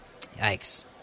Yikes